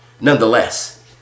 Nonetheless